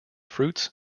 fruits